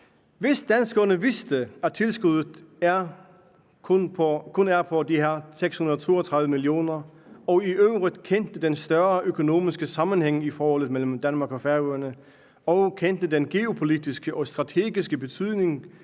Hvis danskerne vidste, at tilskuddet kun er på de her 632 mio. kr., og i øvrigt kendte den større økonomiske sammenhæng i forholdet mellem Danmark og Færøerne og kendte den geopolitiske og strategiske betydning,